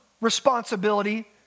responsibility